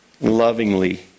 lovingly